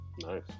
Nice